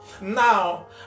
Now